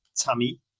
tummy